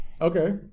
Okay